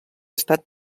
estat